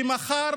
שמכר